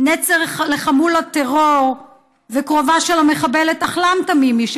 נצר לחמולת טרור וקרובה של המחבלת אחלאם תמימי,